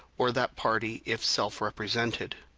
or that party if self represented.